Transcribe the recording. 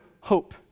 hope